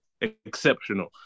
exceptional